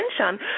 attention